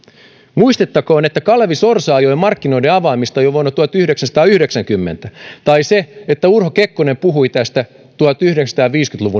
muistettakoon että kalevi sorsa ajoi markkinoiden avaamista jo vuonna tuhatyhdeksänsataayhdeksänkymmentä tai että urho kekkonen puhui tästä tuhatyhdeksänsataaviisikymmentä